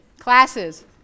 Classes